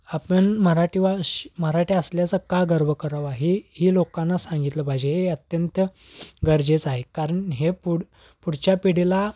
आपण मराठी वा श मराठी असल्याचा का गर्व करावा हे ही लोकांना सांगितलं पाहिजे हे अत्यंत गरजेचं आहे कारण हे पुढ पुढच्या पिढीला